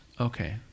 Okay